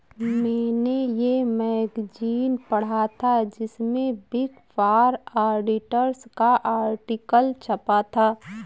मेने ये मैगज़ीन पढ़ा था जिसमे बिग फॉर ऑडिटर्स का आर्टिकल छपा था